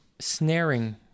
snaring